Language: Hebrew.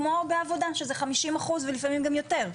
כמו בעבודה שזה 50% ולפעמים גם יותר.